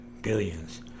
billions